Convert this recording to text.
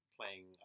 playing